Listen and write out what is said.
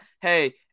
hey